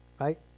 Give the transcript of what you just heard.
Right